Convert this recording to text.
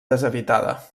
deshabitada